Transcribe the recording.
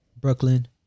Brooklyn